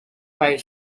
five